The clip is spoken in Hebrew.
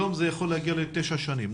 היום העונש יכול להגיע לתשע שנים.